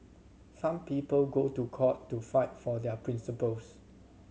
some people go to court to fight for their principles